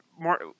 more